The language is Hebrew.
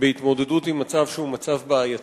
בהתמודדות עם מצב שהוא בעייתי,